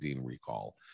recall